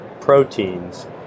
proteins